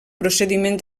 procediments